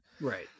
Right